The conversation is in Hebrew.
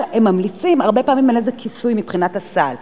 הם ממליצים והרבה פעמים אין לזה כיסוי מבחינת הסל.